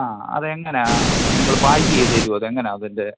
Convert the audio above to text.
ആ അതെങ്ങനാണ് നിങ്ങൾ പാക്ക് ചെയ്ത് തരോ അതെങ്ങനാണ് അതിന്റെ